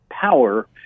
power